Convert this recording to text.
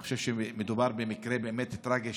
אני חושב שמדובר במקרה באמת טרגי,